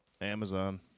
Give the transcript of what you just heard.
Amazon